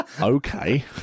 okay